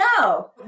no